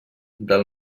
del